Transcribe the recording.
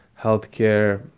healthcare